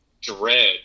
dread